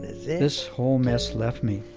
this whole mess left me.